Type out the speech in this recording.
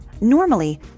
Normally